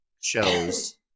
shows